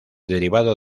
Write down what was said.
derivado